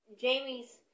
Jamie's